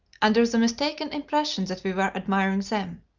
under the mistaken impression that we were admiring them.